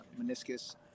meniscus